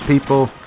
people